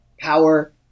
power